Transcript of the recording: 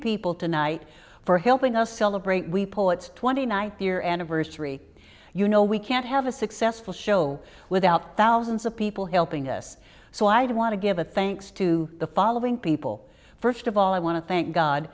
people tonight for helping us celebrate we poets twenty ninth year anniversary you know we can't have a successful show without thousands of people helping us so i do want to give a thanks to the following people first of all i want to thank god